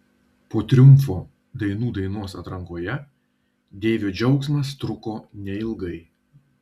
po triumfo dainų dainos atrankoje deivio džiaugsmas truko neilgai